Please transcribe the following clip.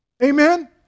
Amen